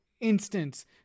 instance